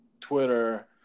Twitter